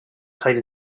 tight